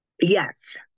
Yes